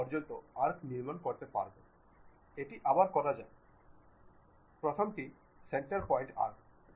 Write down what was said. সুতরাং যে বস্তুটি থেকে একটি প্রিজম আসতে পারে